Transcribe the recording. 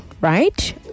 right